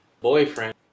boyfriend